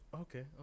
Okay